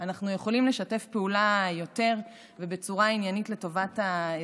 אנחנו יכולים לשתף פעולה יותר ובצורה עניינית לטובת האזרחים.